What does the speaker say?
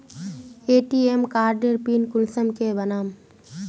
ATM कार्डेर pin कुंसम के बनाम?